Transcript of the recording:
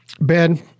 ben